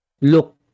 look